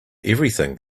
everything